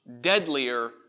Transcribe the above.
deadlier